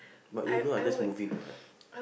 but you know I just move in what